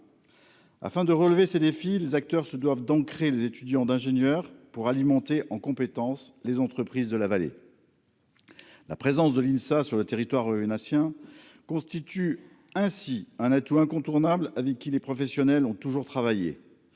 afin de relever ces défis, les acteurs se doivent d'ancrer les étudiants d'ingénieurs pour alimenter en compétences, les entreprises de la vallée, la présence de l'INSA sur le territoire une Nassia constitue ainsi un atout incontournable, avec qui les professionnels ont toujours travaillé,